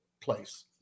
place